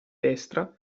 destra